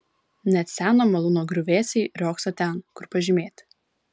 net seno malūno griuvėsiai riogso ten kur pažymėti